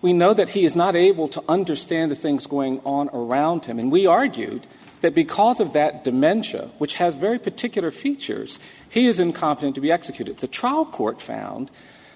we know that he is not able to understand the things going on around him and we argued that because of that dementia which has very particular features he isn't competent to be executed the trial court found